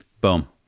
boom